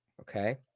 okay